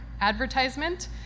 advertisement